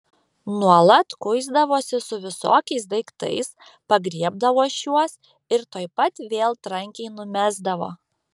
nuolat kuisdavosi su visokiais daiktais pagriebdavo šiuos ir tuoj pat vėl trankiai numesdavo